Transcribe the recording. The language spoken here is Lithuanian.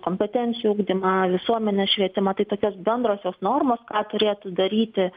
kompetencijų ugdymą visuomenės švietimą tai tokios bendrosios normos turėtų daryti